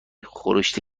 خورشت